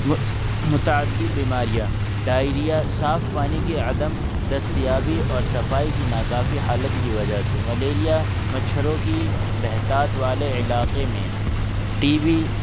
متعدد بیماریاں ڈائریا صاف پانی کی عدم دستیابی اور صفائی کی ناکافی حالت کی وجہ سے ملیریا مچھروں کی بہتات والے علاقے میں ٹی بی